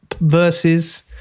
verses